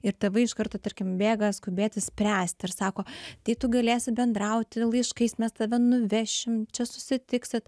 ir tėvai iš karto tarkim bėga skubėti spręsti ir sako tai tu galėsi bendrauti laiškais mes tave nuvešim čia susitiksit